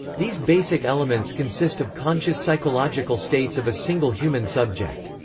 these basic elements consist of conscious psychological states of a single human subject.